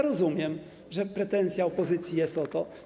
Rozumiem, że pretensja opozycji jest o to.